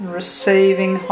receiving